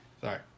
sorry